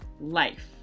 life